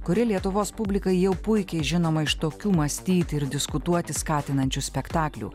kuri lietuvos publikai jau puikiai žinoma iš tokių mąstyti ir diskutuoti skatinančių spektaklių